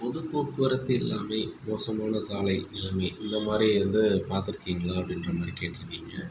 பொதுப்போக்குவரத்து இல்லாமை மோசமான சாலை நிலைமை இந்தமாதிரி வந்து பார்த்துருக்கீங்களா அப்படின்ற மாதிரி கேட்டிருக்கீங்க